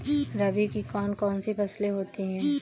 रबी की कौन कौन सी फसलें होती हैं?